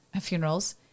funerals